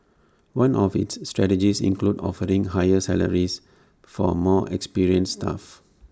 one of its strategies includes offering higher salaries for more experienced staff